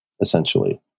essentially